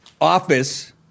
office